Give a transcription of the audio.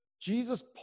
Jesus